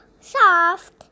soft